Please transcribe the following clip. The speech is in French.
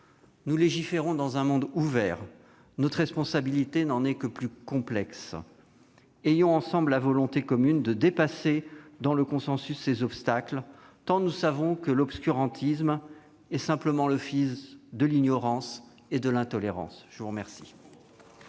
Nous légiférons dans un monde ouvert : notre responsabilité n'en est que plus complexe. Ayons ensemble la volonté commune de dépasser ces obstacles dans le consensus tant nous savons que l'obscurantisme est simplement le fils de l'ignorance et de l'intolérance. La parole